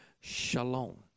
shalom